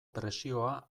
presioa